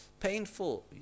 painful